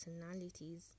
personalities